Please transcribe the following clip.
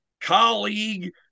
colleague